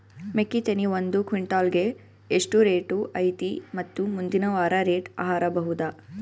ಮೆಕ್ಕಿ ತೆನಿ ಒಂದು ಕ್ವಿಂಟಾಲ್ ಗೆ ಎಷ್ಟು ರೇಟು ಐತಿ ಮತ್ತು ಮುಂದಿನ ವಾರ ರೇಟ್ ಹಾರಬಹುದ?